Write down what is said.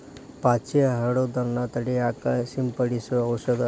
ಪಾಚಿ ಹರಡುದನ್ನ ತಡಿಯಾಕ ಸಿಂಪಡಿಸು ಔಷದ